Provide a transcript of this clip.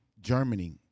Germany